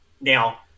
Now